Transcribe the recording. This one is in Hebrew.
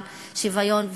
על שוויון,